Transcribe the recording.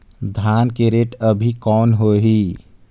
धान के रेट अभी कौन होही?